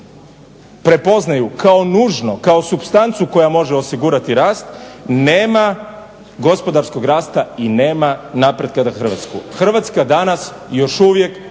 prepoznaju kao nužno, kao supstancu koja može osigurati rast nema gospodarskog rasta i nema napretka za Hrvatsku. Hrvatska danas još uvijek